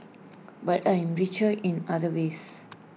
but I am richer in other ways